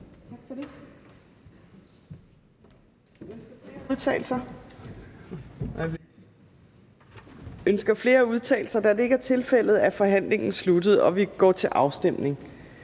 Tak for det.